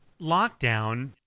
lockdown